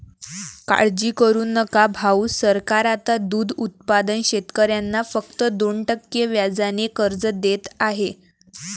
काळजी करू नका भाऊ, सरकार आता दूध उत्पादक शेतकऱ्यांना फक्त दोन टक्के व्याजाने कर्ज देत आहे